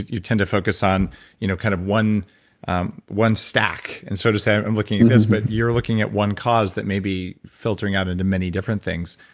you tend to focus on you know kind of one um one stack, and so to say, i'm i'm looking at this. but you're looking at one cause that may be filtering out into many different things.